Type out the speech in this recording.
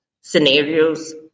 scenarios